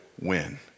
win